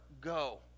go